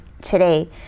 today